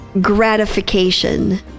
gratification